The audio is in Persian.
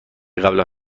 قبلا